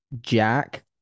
Jack